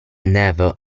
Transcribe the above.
never